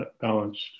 balanced